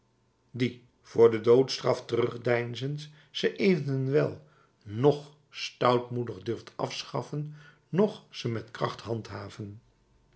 die voor de doodstraf terugdeinzend ze evenwel noch stoutmoedig durft afschaffen noch ze met kracht handhaven